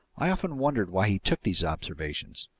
i often wondered why he took these observations.